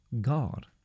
God